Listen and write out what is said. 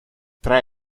tra